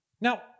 Now